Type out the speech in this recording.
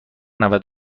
نود